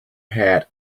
hat